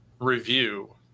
review